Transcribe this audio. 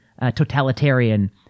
totalitarian